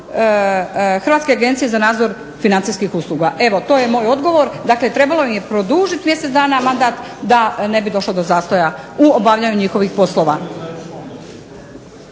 kako ne bi došlo do prekida u radu HANFA-e. Evo, to je moj odgovor. Dakle, trebalo im je produžiti mjesec dana mandat da ne bi došlo do zastoja u obavljanju njihovih poslova.